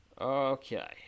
Okay